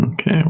okay